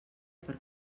per